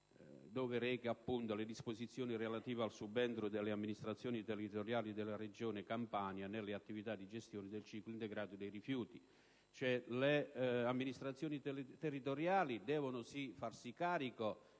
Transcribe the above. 2010, recante disposizioni relative al subentro delle amministrazioni territoriali della Regione Campania nelle attività di gestione del ciclo integrato dei rifiuti. Le amministrazioni territoriali devono farsi carico